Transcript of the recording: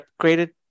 upgraded